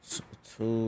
Two